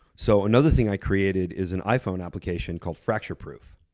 so another thing i created is an iphone application called fracture proof.